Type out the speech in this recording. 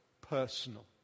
personal